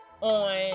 on